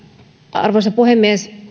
arvoisa puhemies